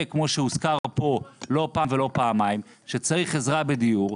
כמו שהוזכר פה לא פעם ולא פעמיים שצריך עזרה בדיור,